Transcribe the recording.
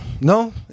no